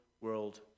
world